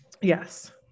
Yes